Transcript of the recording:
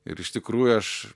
ir iš tikrųjų aš